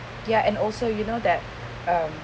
ya and also you know that um